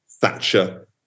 Thatcher